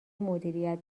مدیریت